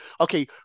Okay